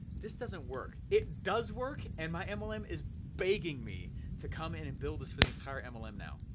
this doesn't work. it does work and my mlm is begging me to come in and build this for the entire and mlm um now,